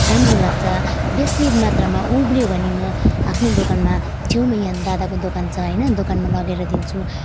राम्रो लाग्छ बेसी मात्रमा उब्रियो भने म आफ्नो दोकानमा छेउमा यहाँ दादाको दोकान छ होइन दोकानमा लगेर दिन्छु